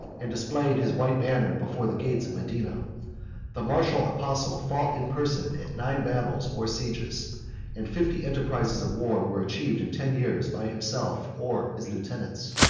and displayed his white banner before the gates of medina the martial apostle fought in person at nine battles or sieges and fifty enterprises of war were achieved in ten years by himself or his lieutenants.